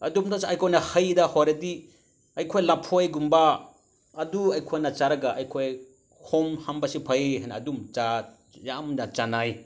ꯑꯗꯣꯝꯗꯁꯨ ꯑꯩꯈꯣꯏꯅ ꯍꯩꯗ ꯑꯣꯏꯔꯗꯤ ꯑꯩꯈꯣꯏ ꯂꯐꯣꯏꯒꯨꯝꯕ ꯑꯗꯨ ꯑꯩꯈꯣꯏꯅ ꯆꯥꯔꯒ ꯑꯩꯈꯣꯏ ꯈꯣꯡ ꯍꯥꯝꯕꯁꯤ ꯐꯩ ꯍꯥꯏꯅ ꯑꯗꯨꯝ ꯌꯥꯝꯅ ꯆꯥꯅꯩ